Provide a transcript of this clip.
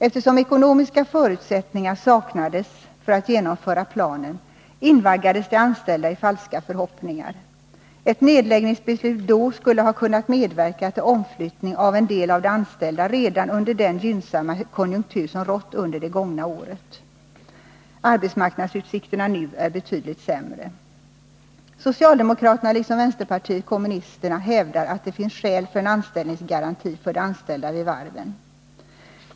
Eftersom ekonomiska förutsättningar saknades för att genomföra planen invaggades de anställda i falska förhoppningar. Ett nedläggningsbeslut då skulle ha kunnat medverka till omflyttning av en del av de anställda redan under den gynnsamma konjunktur som rått under det gångna året. Arbetsmarknadsutsikterna nu är betydligt sämre. Socialdemokraterna liksom vänsterpartiet kommunisterna hävdar att det finns skäl för en anställningsgaranti för de anställda vid varven.